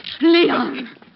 Leon